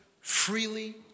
freely